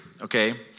okay